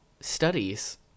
studies